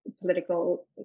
political